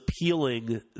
appealing